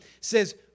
says